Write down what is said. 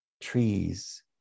trees